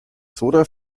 soda